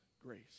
grace